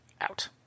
Out